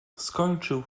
skończył